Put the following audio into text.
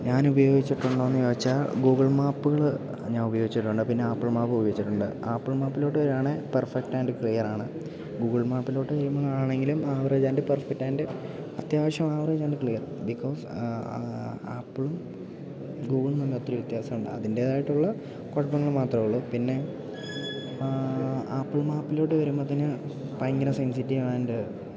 ഞാൻ ഉപയോഗിച്ചിട്ടുണ്ടോ എന്നു ചോദിച്ചാൽ ഗൂഗിൾ മാപ്പുകൾ ഞാൻ ഉപയോഗിച്ചിട്ടുണ്ട് പിന്നെ ആപ്പിൾ മാപ്പും ഉപയോഗിച്ചിട്ടുണ്ട് ആപ്പിൾ മാപ്പിലോട്ട് വരുവാണെങ്കിൽ പെർഫെക്റ്റ് ആൻഡ് ക്ലിയർ ആണ് ഗൂഗിൾ മാപ്പിലോട്ട് വരികയാണെങ്കിലും ആവറേജ് ആൻഡ് പെർഫെക്റ്റ് ആൻഡ് അത്യാവശ്യം ആവറേജ് ആൻഡ് ക്ലിയർ ബിക്കോസ് ആപ്പിളും ഗൂഗിൾ നിന്ന് ഒത്തിരി വ്യത്യാസം ഉണ്ട് അതിൻ്റേതായിട്ടുള്ള കുഴപ്പങ്ങൾ മാത്രമേ ഉള്ളു പിന്നെ ആപ്പിൾ മാപ്പിലോട്ട് വരുമ്പോഴത്തേക്ക് ഭയങ്കര സെൻസിറ്റീവ് ആൻഡ്